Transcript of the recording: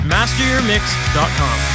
MasterYourMix.com